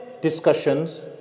discussions